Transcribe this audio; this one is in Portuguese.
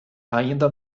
ainda